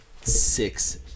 six